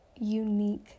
unique